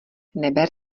neber